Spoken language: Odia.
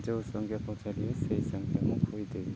ଯେଉଁ ସଂଖ୍ୟା ପଚାରିବେ ସେହି ସଂଖ୍ୟା ମୁଁ କହିଦେବି